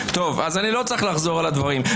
אז אני לא צריך לחזור על הדברים.